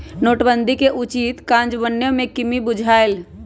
नोटबन्दि के उचित काजन्वयन में कम्मि बुझायल